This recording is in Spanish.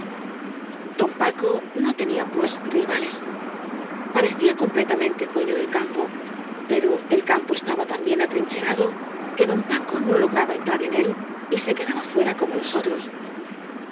don paco no tenía pues rivales parecía com pletamente dueño del campo pero el campo estaba tan bien atrincherado que don paco no lograba entrar en él y se quedaba fuera como los otros